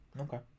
Okay